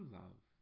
love